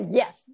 yes